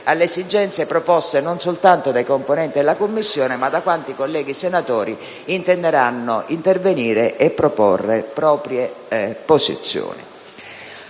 alle esigenze proposte, non soltanto dai componenti della Commissione, ma da quanti colleghi senatori intenderanno intervenire e proporre proprie posizioni.